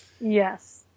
yes